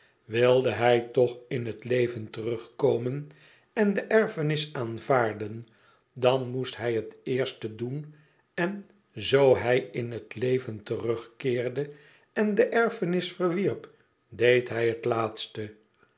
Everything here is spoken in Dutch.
wilde hij toch in het leven terugkomen en de erfenis aanvaarden dan moest hij het eerste doen en zoo hij m het leven terugkeerde en de erfenis verwierp deed hij het laatste